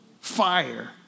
fire